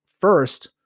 first